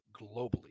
globally